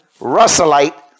Russellite